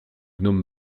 gnome